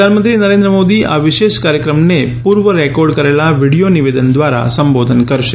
પ્રધાનમંત્રી નરેન્દ્ર મોદી આ વિશેષ કાર્યક્રમને પૂર્વ રેકોર્ડ કરેલા વિડિયો નિવેદન દ્વારા સંબોધન કરશે